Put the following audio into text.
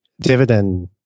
dividend